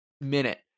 minute